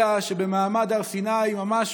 אלא שבמעמד הר סיני, ממש